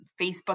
Facebook